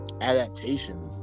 adaptation